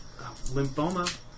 lymphoma